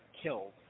killed